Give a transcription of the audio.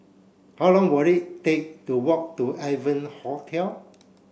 how long will it take to walk to Evans Hostel